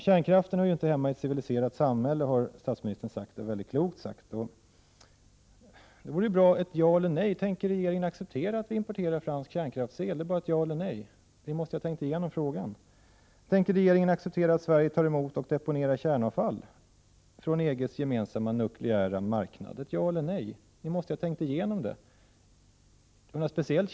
Kärnkraften hör inte hemma i ett civiliserat samhälle, har statsministern sagt. Det är väldigt klokt sagt. Det vore bra att få ett ja eller ett nej: Tänker regeringen acceptera att vi importerar fransk kärnkraftsel? Ni måste ju ha tänkt igenom frågan. Tänker regeringen acceptera att Sverige tar emot och deponerar kärnavfall från EG:s gemensamma nukleära marknad? Ja eller nej — ni måste ju ha tänkt igenom det.